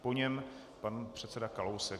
Po něm pan předseda Kalousek.